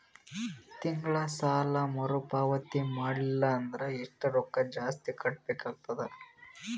ತಿಂಗಳ ಸಾಲಾ ಮರು ಪಾವತಿ ಮಾಡಲಿಲ್ಲ ಅಂದರ ಎಷ್ಟ ರೊಕ್ಕ ಜಾಸ್ತಿ ಕಟ್ಟಬೇಕಾಗತದ?